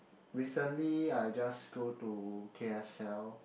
recently I just go to K_S_L